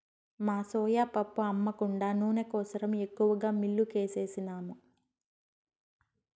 మా సోయా పప్పు అమ్మ కుండా నూనె కోసరం ఎక్కువగా మిల్లుకేసినాము